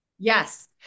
Yes